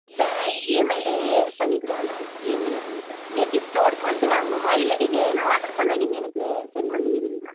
இல்லை இஎம்ஐயிலே பண்ணிக்கிறோம் மேம் இஎம்ஐலேயே பண்ணிக்கிறேன் எப்படி ஸ்டோருக்கு வந்து வாங்கணுமா இல்லை நீங்கள் நான் ஆர்ட்ரு பண்ணால் நீங்கள் எனக்கு செண்ட் பண்ணிவிடுவீங்களா